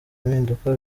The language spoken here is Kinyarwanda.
impinduka